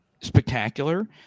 spectacular